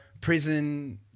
prison